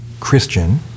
Christian